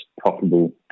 profitable